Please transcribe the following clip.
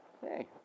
Hey